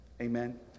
Amen